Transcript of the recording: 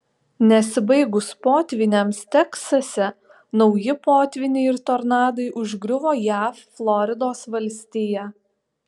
nesibaigus potvyniams teksase nauji potvyniai ir tornadai užgriuvo jav floridos valstiją